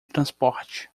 transporte